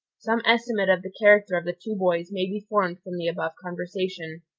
some estimate of the character of the two boys may be formed from the above conversation.